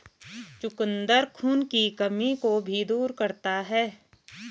चुकंदर खून की कमी को भी दूर करता है